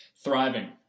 Thriving